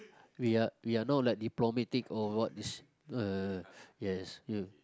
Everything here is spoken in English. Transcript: we are we are not like diplomatic or what this uh yes you